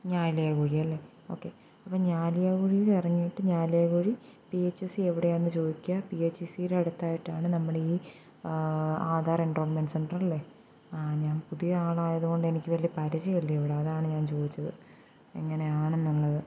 ഞാലിയാ കുഴിയല്ലേ ഓക്കേ അപ്പം ഞാലിയാ കുഴിയിലിറങ്ങിയിട്ട് Njaliyakuzhi P H S C എവിടെയാണെന്നു ചോദിക്കുക പി എച്ച് എസ് സിയുടെ അടുത്തതായിട്ടാണ് നമ്മുടെ ഈ ആധാർ എൻറോൾമെൻറ്റ് സെൻറ്ററല്ലേ ആ ഞാൻ പുതിയ ആളായതു കൊണ്ടെനിക്ക് വലിയ പരിചയമില്ലിവിടെ അതാണ് ഞാൻ ചോദിച്ചത് എങ്ങനെയാണെന്നുള്ളത്